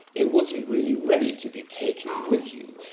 it wasn't really ready to be taken with you,